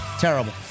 Terrible